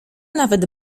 nawet